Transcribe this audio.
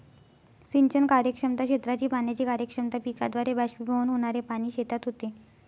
सिंचन कार्यक्षमता, क्षेत्राची पाण्याची कार्यक्षमता, पिकाद्वारे बाष्पीभवन होणारे पाणी शेतात होते